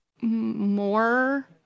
more